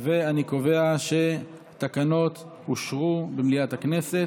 אני קובע שהתקנות אושרו במליאת הכנסת.